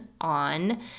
on